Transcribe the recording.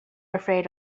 afraid